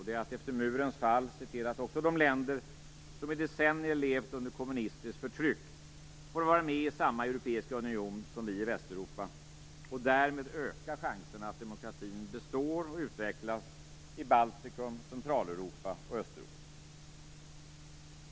Det är att efter murens fall se till att också de länder som i decennier levt under kommunistiskt förtryck får vara med i samma europeiska union som vi i Västeuropa och därmed öka chanserna att demokratin består och utvecklas i Baltikum, Centraleuropa och Östeuropa.